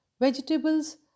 vegetables